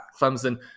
Clemson